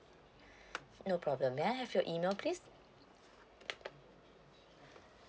no problem may I have your email please